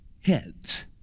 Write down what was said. heads